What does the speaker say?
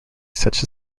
such